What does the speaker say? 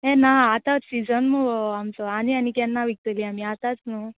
यें ना आतांत सिजन मुगो आमचो आनी आनी केन्ना विकतलीं आमी आतांच न्हू